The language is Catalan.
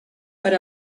per